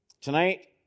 Tonight